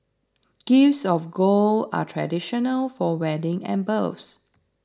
gifts of gold are traditional for wedding and births